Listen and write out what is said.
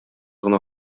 гына